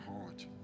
heart